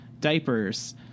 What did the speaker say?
diapers